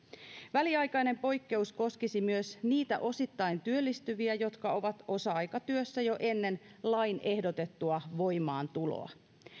väliaikainen poikkeus koskisi myös niitä osittain työllistyviä jotka ovat osa aikatyössä jo ennen lain ehdotettua voimaantuloa